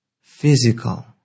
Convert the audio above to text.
physical